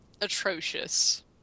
atrocious